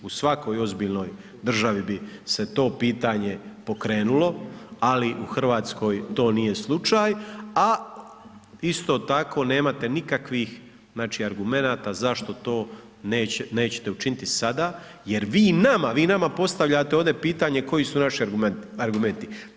U svakoj ozbiljnoj državi bi se to pitanje pokrenulo, ali u Hrvatskoj to nije slučaj, a isto tako nemate nikakvih argumenata zašto to nećete učiniti sada jer vi nama, vi nama postavljate ovdje pitanje koji su naši argumenti.